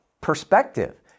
perspective